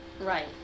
Right